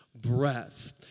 breath